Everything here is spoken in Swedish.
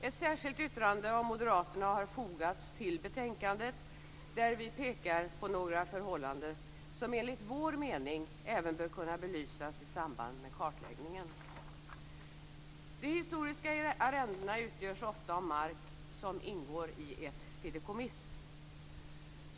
Ett särskilt yttrande av Moderaterna har fogats till betänkandet, där vi pekar på några förhållanden som enligt vår mening även bör kunna belysas i samband med kartläggningen. De historiska arrendena utgörs ofta av mark som ingår i ett fideikommiss.